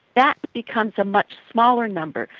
that becomes a much smaller number.